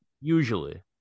Usually